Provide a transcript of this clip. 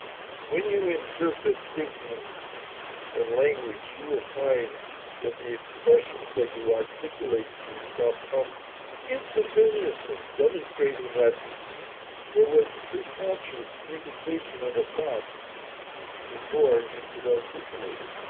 when you interpret thinking and language, you will find that the expressions that ah you articulate yourself come instantaneously demonstrating that there was pre conscious indication of a thought before you could articulate it